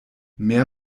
mehr